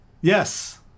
Yes